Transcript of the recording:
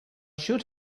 should